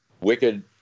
wicked